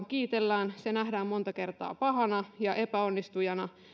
kiitellään se nähdään monta kertaa pahana ja epäonnistujana